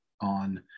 on